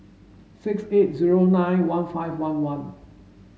six eight zero nine one five one one